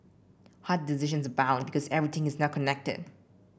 hard decisions abound because everything is now connected